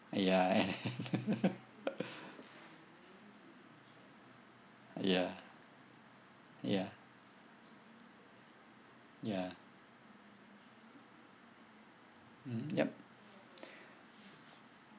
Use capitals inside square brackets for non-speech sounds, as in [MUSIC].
ya [LAUGHS] and [LAUGHS] ya ya ya mm yup [NOISE]